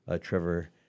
Trevor